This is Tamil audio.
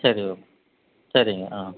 சரி ஓக் சரிங்க ஆ